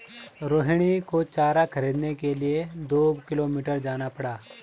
रोहिणी को चारा खरीदने के लिए दो किलोमीटर जाना पड़ा